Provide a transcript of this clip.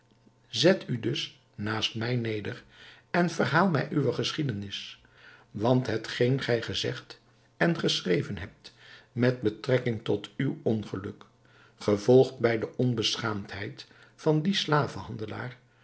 zet u dus naast mij neder en verhaal mij uwe geschiedenis want hetgeen gij gezegd en geschreven hebt met betrekking tot uw ongeluk gevolgd bij de onbeschaamdheid van dien slavenhandelaar